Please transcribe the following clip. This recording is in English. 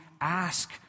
ask